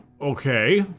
okay